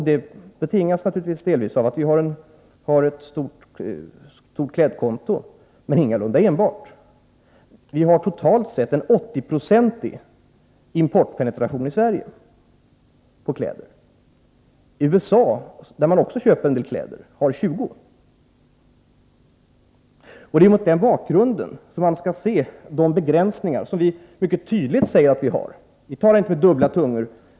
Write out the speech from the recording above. Det betingas naturligtvis delvis av att vi har ett stort klädkonto, men ingalunda enbart av detta. Vi hari Sverige totalt sett en 80-procentig importpenetration på kläder. I USA, där Om åtgärder mot man också köper en del kläder, är den 20 96. handelshinder Det är mot den bakgrunden man skall se de begränsningar som vi i texten mycket tydligt säger att vi har — vi talar inte med dubbla tungor!